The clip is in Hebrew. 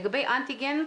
לגבי אנטיגן,